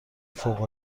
فوق